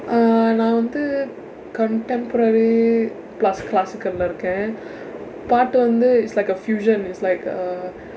uh நான் வந்து:naan vandthu contemporary plus classical இல்ல இருக்கேன் பாட்டு வந்து:illa irukkeen paatdu vandthu it's like a fusion is like uh